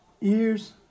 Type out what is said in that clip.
ears